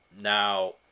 Now